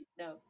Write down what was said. No